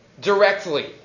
directly